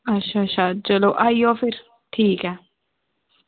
अच्छा अच्छा चलो भी आई जाओ ठीक ऐ